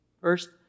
First